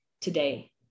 today